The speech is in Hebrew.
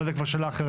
אבל זו כבר שאלה אחרת.